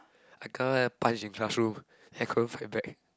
I kena like punch in classroom I couldn't fight back